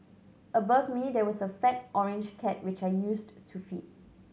above me there was a fat orange cat which I used to feed